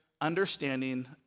understanding